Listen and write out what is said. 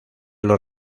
los